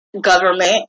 government